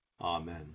Amen